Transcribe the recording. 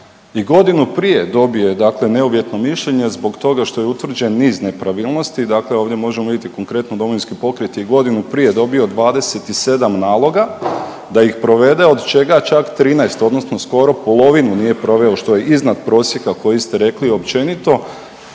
i godinu prije dobije, dakle neuvjetno mišljenje zbog toga što je utvrđen niz nepravilnosti. Dakle, ovdje možemo vidjeti konkretno Domovinski pokret je godinu prije dobio 27 naloga da ih provede od čega čak 13 odnosno skoro polovinu nije proveo što je iznad prosjeka koji ste rekli općenito